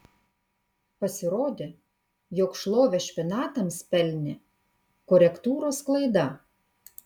pasirodė jog šlovę špinatams pelnė korektūros klaida